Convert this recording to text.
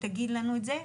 שתגיד לנו את זה.